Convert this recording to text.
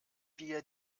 wir